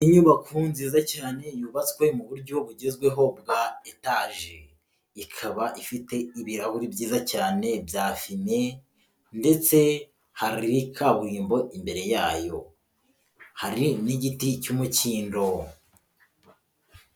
Inyubako nziza cyane yubatswe mu buryo bugezweho bwa etaje, ikaba ifite ibirahuri byiza cyane bya fime ndetse hari kaburimbo imbere yayo, hari n'igiti cy'umukindo.